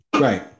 right